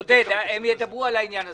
עודד, הם ידברו על העניין הזה.